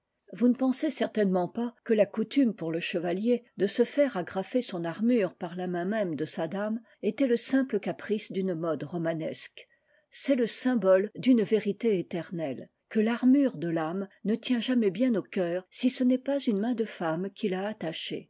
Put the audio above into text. vous ne pensez certainement pas que la coutume pour le chevalier de se faire agrafer son armure par la main même de sa dame était le simple caprice d'une mode romanesque c'est le symbole d'une vérité éternelle que l'armure de l'âme ne tient jamais bien au cœur si ce n'est pas une main de femme qui l'a attachée